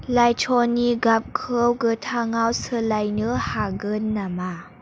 लाइटस'नि गाबखौ गोथाङाव सोलायनो हागोन नामा